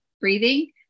breathing